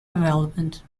development